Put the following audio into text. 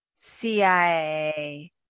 CIA